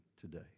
today